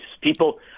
People